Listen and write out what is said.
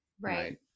right